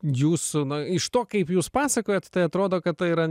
jūsų na iš to kaip jūs pasakojat tai atrodo kad tai yra